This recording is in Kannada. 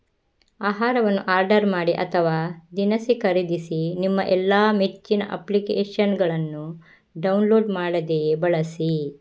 ಆಹಾರವನ್ನು ಆರ್ಡರ್ ಮಾಡಿ ಅಥವಾ ದಿನಸಿ ಖರೀದಿಸಿ ನಿಮ್ಮ ಎಲ್ಲಾ ಮೆಚ್ಚಿನ ಅಪ್ಲಿಕೇಶನ್ನುಗಳನ್ನು ಡೌನ್ಲೋಡ್ ಮಾಡದೆಯೇ ಬಳಸಿ